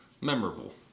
memorable